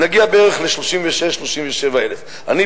נגיע ל-36,000 37,000. אני,